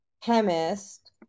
chemist